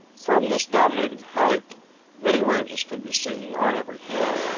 from this dominating height many ranges can be seen on every hand.